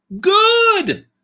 good